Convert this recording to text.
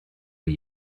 way